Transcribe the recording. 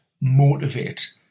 motivate